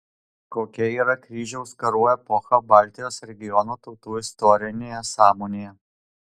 kokia yra kryžiaus karų epocha baltijos regiono tautų istorinėje sąmonėje